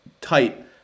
Tight